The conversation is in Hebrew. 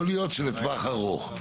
יכול להיות שלטווח ארוך,